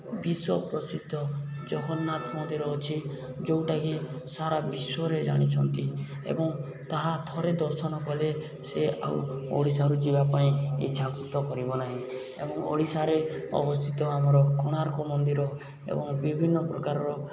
ବିଶ୍ୱପ୍ରସିଦ୍ଧ ଜଗନ୍ନାଥ ମନ୍ଦିର ଅଛି ଯେଉଁଟାକି ସାରା ବିଶ୍ଵରେ ଜାଣିଛନ୍ତି ଏବଂ ତାହା ଥରେ ଦର୍ଶନ କଲେ ସେ ଆଉ ଓଡ଼ିଶାରୁ ଯିବା ପାଇଁ ଇଚ୍ଛାକୃତ କରିବ ନାହିଁ ଏବଂ ଓଡ଼ିଶାରେ ଅବସ୍ଥିତ ଆମର କୋଣାର୍କ ମନ୍ଦିର ଏବଂ ବିଭିନ୍ନପ୍ରକାରର